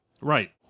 Right